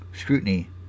scrutiny